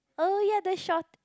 oh ya the short